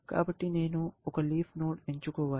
కాబట్టి నేను ఒక లీఫ్ నోడ్ ఎంచుకోవాలి